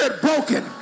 broken